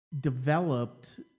developed